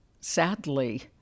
Sadly